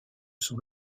sont